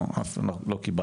לא, אף אחד מאיתנו לא קיבל.